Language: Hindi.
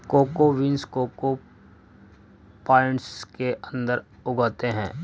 कोको बीन्स कोको पॉट्स के अंदर उगते हैं